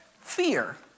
fear